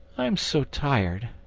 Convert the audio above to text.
i'm so tired.